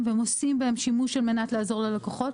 והם עושים בהם שימוש על מנת לעזור ללקוחות.